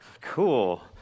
Cool